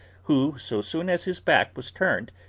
who, so soon as his back was turned,